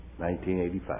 1985